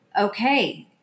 okay